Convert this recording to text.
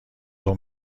اون